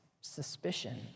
suspicion